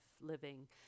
living